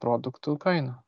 produktų kaina